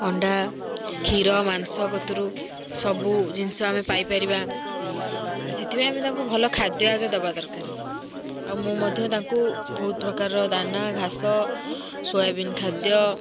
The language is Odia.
ଅଣ୍ଡା କ୍ଷୀର ମାଂସ କତରୁ ସବୁ ଜିନିଷ ଆମେ ପାଇପାରିବା ସେଥିପାଇଁ ଆମେ ତାଙ୍କୁ ଭଲ ଖାଦ୍ୟ ଆଗ ଦେବା ଦରକାର ଆଉ ମୁଁ ମଧ୍ୟ ତାଙ୍କୁ ବହୁତ ପ୍ରକାରର ଦାନା ଘାସ ସୋୟାବିନ୍ ଖାଦ୍ୟ